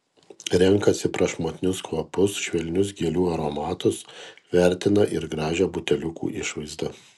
renkasi prašmatnius kvapus švelnius gėlių aromatus vertina ir gražią buteliukų išvaizdą